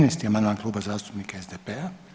13. amandman Kluba zastupnika SDP-a.